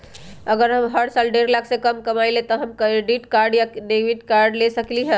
अगर हम हर साल डेढ़ लाख से कम कमावईले त का हम डेबिट कार्ड या क्रेडिट कार्ड ले सकली ह?